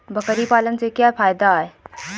बकरी पालने से क्या फायदा है?